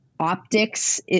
optics